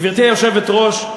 גברתי היושבת-ראש,